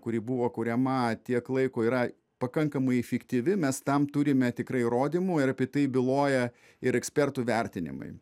kuri buvo kuriama tiek laiko yra pakankamai efektyvi mes tam turime tikrai įrodymų ir apie tai byloja ir ekspertų vertinimai